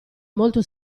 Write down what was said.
molto